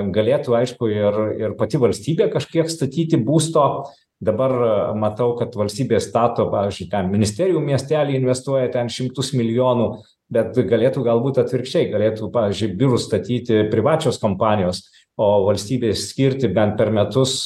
galėtų aišku ir ir pati valstybė kažkiek statyti būsto dabar matau kad valstybė stato pavyzdžiui ten ministerijų miestelį investuoja ten šimtus milijonų bet galėtų galbūt atvirkščiai galėtų pavyzdžiui biurus statyti privačios kompanijos o valstybė skirti bent per metus